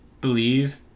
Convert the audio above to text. believe